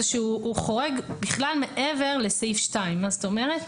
שהוא חורג בכלל מעבר לסעיף 2. זאת אומרת,